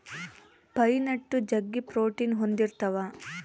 pine nut ಜಗ್ಗಿ protein ಹೊಂದಿರ್ತವ